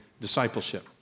discipleship